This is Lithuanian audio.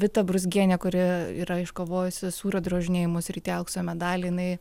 vita brūzgienė kuri yra iškovojusi sūrio drožinėjimo srity aukso medalį jinai